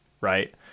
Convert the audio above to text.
right